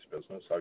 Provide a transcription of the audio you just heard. business